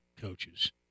coaches